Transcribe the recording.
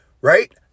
Right